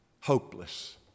hopeless